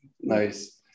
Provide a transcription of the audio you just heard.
Nice